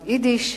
היידיש.